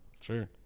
sure